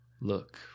look